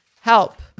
Help